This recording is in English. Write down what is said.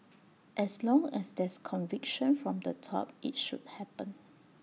as long as there's conviction from the top IT should happen